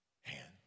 hand